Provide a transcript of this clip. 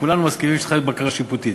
כולנו מסכימים שצריכה להיות בקרה שיפוטית,